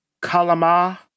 Kalama